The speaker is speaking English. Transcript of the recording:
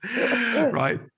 right